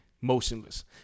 motionless